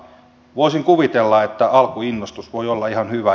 voisin kuvitella että alkuinnostus voi olla ihan hyvä